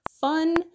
fun